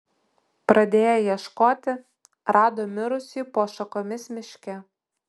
pradėję ieškoti rado mirusį po šakomis miške